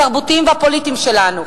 התרבותיים והפוליטיים שלנו.